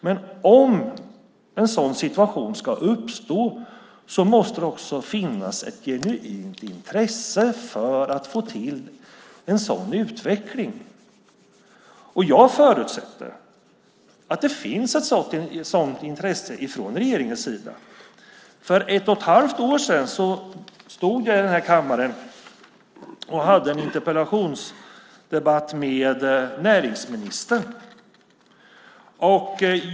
Men om en sådan situation uppstår måste det finnas ett genuint intresse för att få till en sådan utveckling. Och jag förutsätter att det finns ett sådant intresse från regeringens sida. För ett och ett halvt år sedan stod jag i den här kammaren i en interpellationsdebatt med näringsministern.